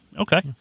Okay